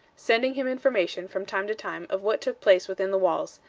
sending him information, from time to time, of what took place within the walls,